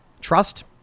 Trust